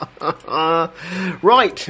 Right